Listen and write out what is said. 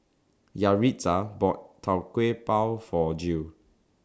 Yaritza bought Tau Kwa Pau For Jill